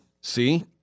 See